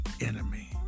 enemy